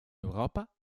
europa